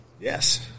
Yes